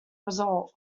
result